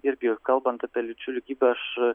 irgi kalbant apie lyčių lygybę aš